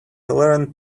learned